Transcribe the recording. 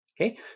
Okay